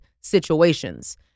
situations